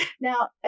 Now